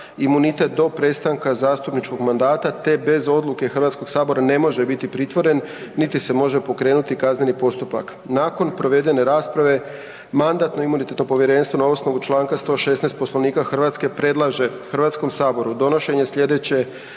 imunitet do prestanka zastupničkog mandata te bez odluke HS-a ne može biti pritvoren niti se može pokrenuti kazneni postupak. Nakon provedene rasprave Mandatno-imunitetno povjerenstvo na osnovu čl. 116. Poslovnika Hrvatske predlaže HS-u donošenje sljedeće